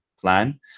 plan